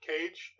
cage